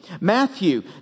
Matthew